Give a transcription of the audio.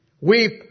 Weep